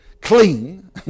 clean